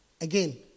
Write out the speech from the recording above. Again